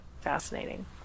fascinating